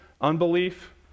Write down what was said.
unbelief